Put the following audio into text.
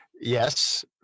yes